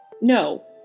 No